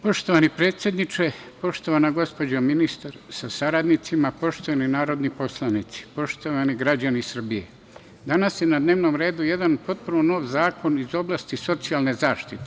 Poštovani predsedniče, poštovana gospođo ministarka sa saradnicima, poštovani narodni poslanici, poštovani građani Srbije, danas je na dnevnom redu potpuno jedan nov zakon iz oblasti socijalne zaštite.